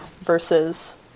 versus